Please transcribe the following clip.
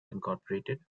incorporated